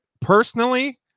personally